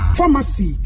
Pharmacy